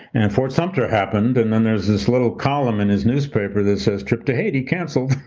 and fort sumpter happened, and then there's this little column in his newspaper that says trip to haiti canceled